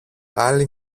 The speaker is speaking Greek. άλλη